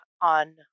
on